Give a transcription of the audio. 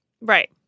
Right